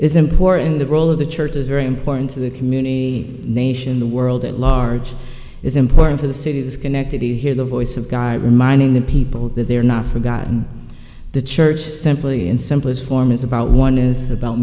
is important the role of the church is very important to the community nation the world at large is important for the cities connected to hear the voice of guy reminding the people that they are not forgotten the church simply in simplest form is about one is about